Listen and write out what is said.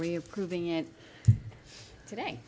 we improving it today